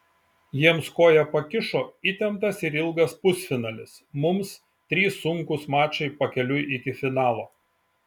jiems koją pakišo įtemptas ir ilgas pusfinalis mums trys sunkūs mačai pakeliui iki finalo